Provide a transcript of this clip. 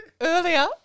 earlier